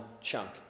chunk